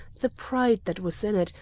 the pride that was in it,